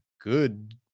good